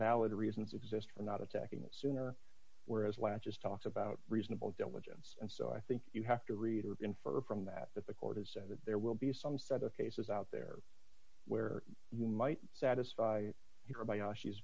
valid reasons exist for not attacking it sooner whereas latches talked about reasonable diligence and so i think you have to read or infer from that that the court has said that there will be some set of cases out there where you might satisfy